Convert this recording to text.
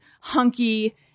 hunky